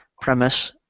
premise